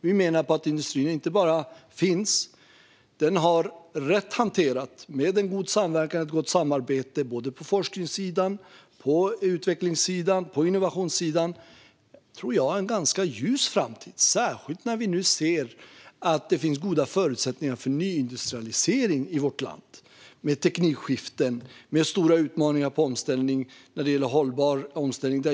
Vi menar att industrin inte bara finns utan - rätt hanterad och med en god samverkan och ett gott samarbete på forskningssidan, utvecklingssidan och innovationssidan - har en ganska ljus framtid, tror jag. Det gäller särskilt i och med att vi nu ser att det finns goda förutsättningar för nyindustrialisering i vårt land. Det handlar om teknikskiften och stora utmaningar när det gäller hållbar omställning.